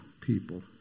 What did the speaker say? people